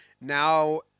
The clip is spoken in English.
Now